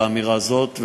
באמירה הזאת,